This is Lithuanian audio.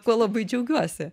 kuo labai džiaugiuosi